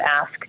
ask